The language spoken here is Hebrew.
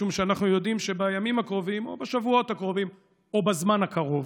משום שאנחנו יודעים שבימים הקרובים או בשבועות הקרובים או בזמן הקרוב